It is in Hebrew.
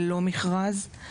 ללא מכרז.